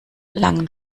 langen